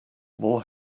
more